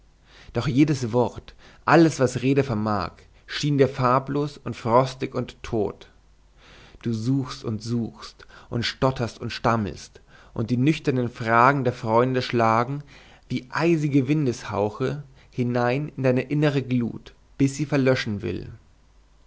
doch jedes wort alles was rede vermag schien dir farblos und frostig und tot du suchst und suchst und stotterst und stammelst und die nüchternen fragen der freunde schlagen wie eisige windeshauche hinein in deine innere glut bis sie verlöschen will